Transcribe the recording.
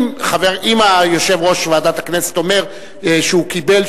אם יושב-ראש ועדת הכנסת אומר שהוא קיבל,